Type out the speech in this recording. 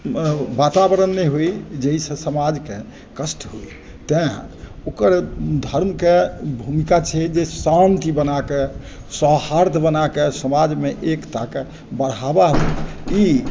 वातावरण नहि होइ जाहिसँ समाजके कष्ट होइ तेँ ओकर धर्मके भूमिका छै जे शान्ति बनाकऽ सौहार्द बनाकऽ समाजमे एकताके बढ़ावा होइ ई